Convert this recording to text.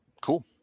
Cool